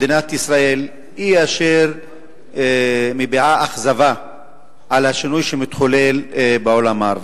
מדינת ישראל היא אשר מביעה אכזבה על השינוי שמתחולל בעולם הערבי,